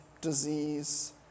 disease